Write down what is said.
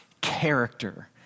character